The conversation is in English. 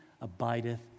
abideth